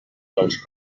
dels